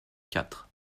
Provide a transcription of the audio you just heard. quatre